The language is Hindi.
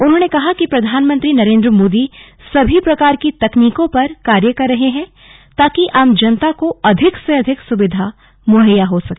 उन्होंने कहा कि प्रधानमंत्री नरेन्द्र मोदी सभी प्रकार की तकनीको पर कार्य कर रहे हैं ताकि आम जनता को अधिक से अधिक सुविधा मुहैया हो सके